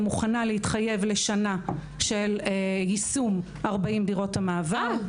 אני מוכנה להתחייב לשנה של יישום 40 דירות המעבר.